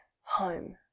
home